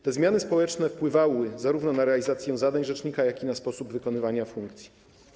Te zmiany społeczne wpływały zarówno na realizację zadań rzecznika, jak również na sposób wykonywania tej funkcji.